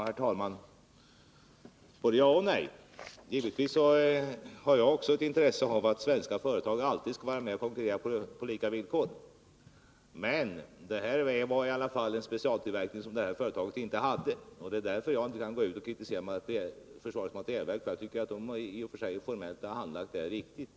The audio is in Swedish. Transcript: Herr talman! Både ja och nej. Givetvis har också jag ett intresse av att svenska företag alltid får vara med och konkurrera på lika villkor. Men i detta fall gällde det trots allt en specialtillverkning, som det svenska företaget inte hade. Det är därför jag inte kan kritisera försvarets materielverk. Jag tycker att det formellt har handlagt detta ärende riktigt.